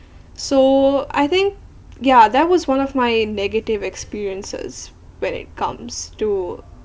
so I think ya that was one of my negative experiences when it comes to